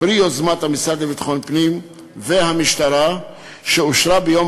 פרי יוזמת המשרד לביטחון הפנים והמשטרה שאושרה ביום